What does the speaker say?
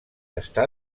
està